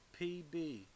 PB